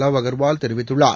wow Agarwal தெரிவித்துள்ளார்